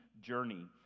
journey